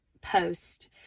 post